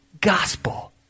gospel